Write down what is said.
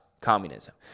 communism